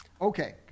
Okay